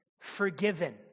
forgiven